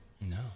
No